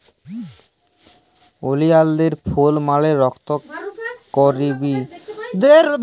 ওলিয়ালদের ফুল মালে রক্তকরবী যেটা সাদা বা গোলাপি রঙের হ্যয়